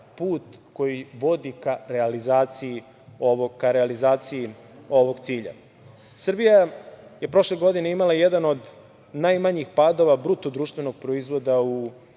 put koji vodi ka realizaciji ovog cilja. Srbija je prošle godine imala jedan od najmanjih padova BDP u Evropi i